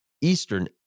Eastern